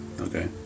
Okay